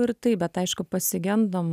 ir taip bet aišku pasigendam